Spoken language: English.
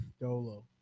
Dolo